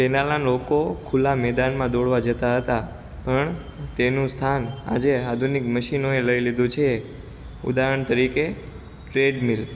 પહેલાના લોકો ખુલ્લા મેદાનમાં દોડવા જતાં હતા પણ તેનું સ્થાન આજે આધુનિક મશીનો એ લઈ લીધું છે ઉદાહરણ તરીકે ટ્રેડમિલ